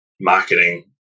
marketing